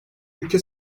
ülke